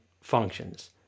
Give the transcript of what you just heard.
functions